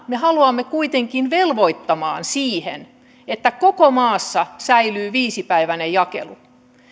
me haluamme kuitenkin velvoittaa siihen että koko maassa säilyy viisipäiväinen jakelu